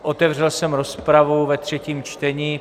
Otevřel jsem rozpravu ve třetím čtení.